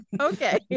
Okay